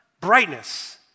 brightness